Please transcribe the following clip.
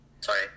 Sorry